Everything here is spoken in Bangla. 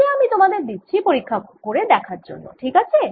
এইটা আমি তোমাদের দিচ্ছি পরীক্ষা করে দেখার জন্য ঠিক আছে